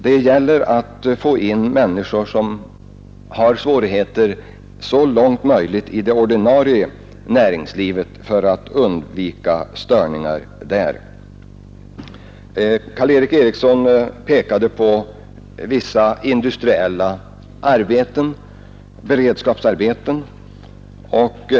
Det gäller att så långt möjligt få in människor som har svårigheter i det ordinarie näringslivet för att undvika störningar där. Karl Erik Eriksson pekade på vissa industriella beredskapsarbeten.